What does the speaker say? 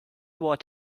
what